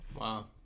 Wow